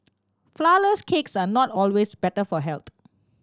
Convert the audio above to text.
flourless cakes are not always better for health